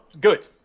good